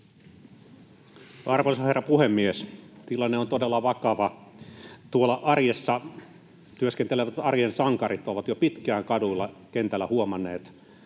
Arvoisa herra puhemies! Tilanne on todella vakava. Tuolla arjessa työskentelevät arjen sankarit ovat jo pitkään kaduilla, kentällä huomanneet